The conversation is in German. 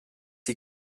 die